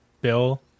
Bill